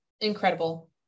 incredible